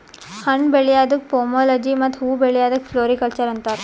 ಹಣ್ಣ್ ಬೆಳ್ಯಾದಕ್ಕ್ ಪೋಮೊಲೊಜಿ ಮತ್ತ್ ಹೂವಾ ಬೆಳ್ಯಾದಕ್ಕ್ ಫ್ಲೋರಿಕಲ್ಚರ್ ಅಂತಾರ್